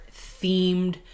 themed